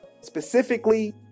Specifically